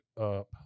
up